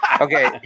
Okay